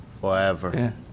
Forever